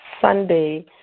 Sunday